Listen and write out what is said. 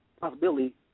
possibility